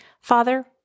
Father